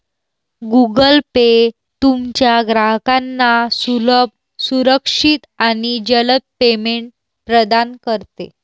Google Pay तुमच्या ग्राहकांना सुलभ, सुरक्षित आणि जलद पेमेंट प्रदान करते